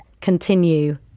continue